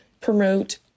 promote